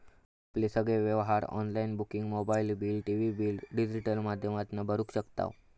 आपले सगळे व्यवहार online booking mobile bill, TV bill digital माध्यमातना भरू शकताव